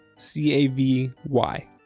C-A-V-Y